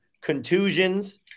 contusions